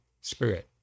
spirit